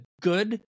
good